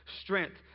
strength